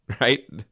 right